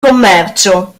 commercio